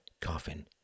coffin